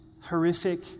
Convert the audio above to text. horrific